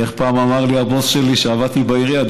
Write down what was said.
איך פעם אמר לי הבוס שלי כשעבדתי בעירייה?